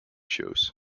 shows